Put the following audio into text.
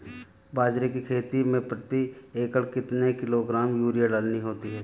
बाजरे की खेती में प्रति एकड़ कितने किलोग्राम यूरिया डालनी होती है?